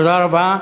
תודה רבה.